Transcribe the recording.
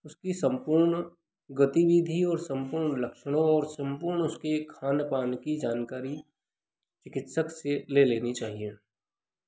उसकी सम्पूर्ण गतिविधि और सम्पूर्ण लक्षणों और सम्पूर्ण उसके खान पान की जानकारी चिकित्सक से ले लेनी चाहिए